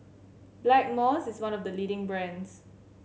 Blackmores is one of the leading brands